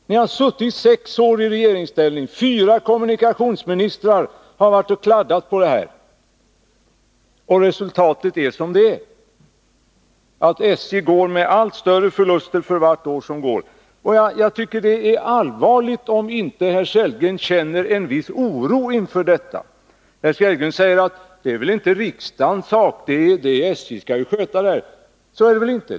Ni har varit sex år i regeringsställning, fyra kommunikationsministrar har kladdat på detta, och resultatet är som det är: att SJ går med allt större förluster för vart år som går. Jag tycker det är allvarligt om inte herr Sellgren känner en viss oro inför detta. Herr Sellgren säger att detta inte är riksdagens sak. SJ skall ju sköta det här. Så är det väl inte.